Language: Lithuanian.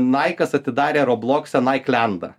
naikas atidarė roblokse naiklendą